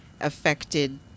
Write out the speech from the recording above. affected